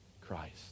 Christ